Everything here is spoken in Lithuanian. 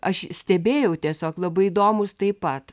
aš stebėjau tiesiog labai įdomūs taip pat